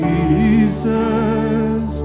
Jesus